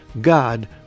God